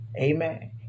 Amen